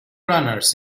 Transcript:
runners